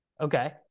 Okay